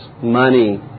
money